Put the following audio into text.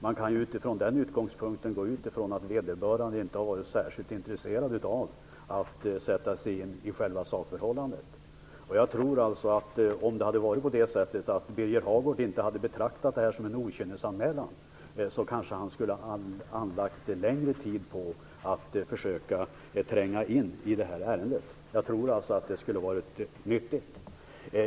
Med utgångspunkt i det kan man förutsätta att vederbörande inte har varit särskilt intresserad av att sätta sig in i själva sakförhållandet. Om Birger Hagård inte hade betraktat det här som en okynnesanmälan kanske han skulle ha använt mer tid till att försöka tränga in i ärendet. Jag tror att det skulle ha varit nyttigt.